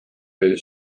oli